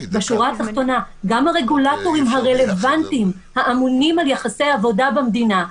בשורה התחתונה גם הרגולטורים הרלוונטיים האמונים על יחסי העבודה במדינה,